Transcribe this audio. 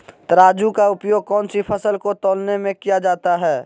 तराजू का उपयोग कौन सी फसल को तौलने में किया जाता है?